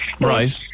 Right